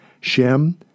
Shem